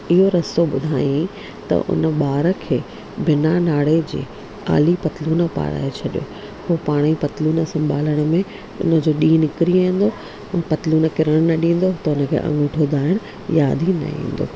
ईहो रस्तो ॿुधाई त उन ॿारु खे बिना नाड़े जे आली पतलून पाराए छॾियो पोइ पाण ई पतलून संभालण में उनजो ॾींहुं निकिरी वेंदो पोइ पतलून किरणु न ॾींदो त उनखे अंगूठो धाइणु यादि ई न ईंदो